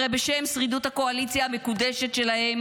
הרי בשם שרידות הקואליציה המקודשת שלהם